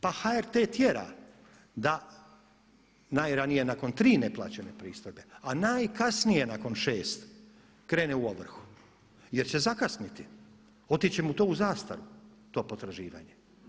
Pa HRT tjera da najranije nakon 3 neplaćene pristojbe, a najkasnije nakon 6 krene u ovrhu jer će zakasniti, otići će mu to u zastaru to potraživanje.